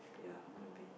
ya